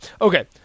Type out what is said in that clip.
okay